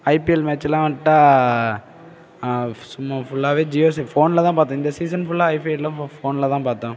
IPL மேட்ச்செல்லாம் வந்துட்டா சும்மா ஃபுல்லாகவே ஜியோ சி ஃபோனில்தான் பார்த்தேன் இந்த சீசன் ஃபுல்லாக ஐபிஎல்லாம் ஃபோனில்தான் பார்த்தோம்